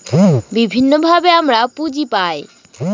বিভিন্নভাবে আমরা পুঁজি পায়